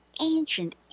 ancient